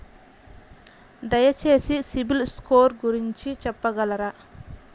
దయచేసి సిబిల్ స్కోర్ గురించి చెప్పగలరా?